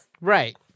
right